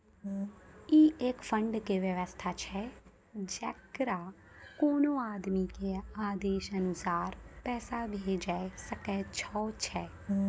ई एक फंड के वयवस्था छै जैकरा कोनो आदमी के आदेशानुसार पैसा भेजै सकै छौ छै?